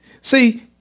See